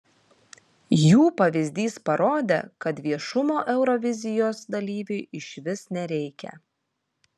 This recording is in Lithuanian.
jų pavyzdys parodė kad viešumo eurovizijos dalyviui išvis nereikia